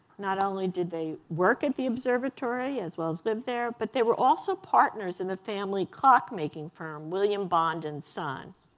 not only did they work in the observatory as well as live there, but they were also partners in the family clock making firm william bond and sons.